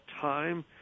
time